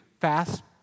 fast